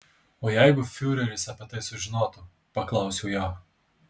o jeigu fiureris apie tai sužinotų paklausiau jo